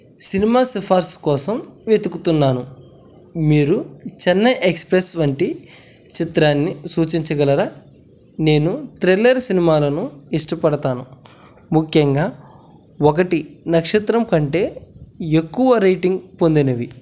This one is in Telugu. సినిమా సిఫార్సు కోసం వెతుకుతున్నాను మీరు చెన్నై ఎక్స్ప్రెస్ వంటి చిత్రాన్ని సూచించగలరా నేను థ్రిల్లర్ సినిమాలను ఇష్టపడతాను ముఖ్యంగా ఒకటి నక్షత్రం కంటే ఎక్కువ రేటింగ్ పొందినవి